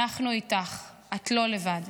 אנחנו איתך, את לא לבד.